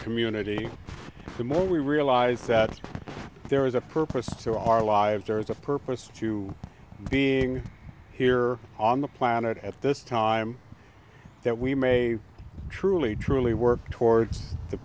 community the more we realize that there is a purpose to our lives there is a purpose to being here on the planet at this time that we may truly truly work towards the